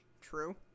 True